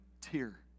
tear